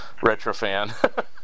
Retrofan